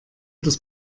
das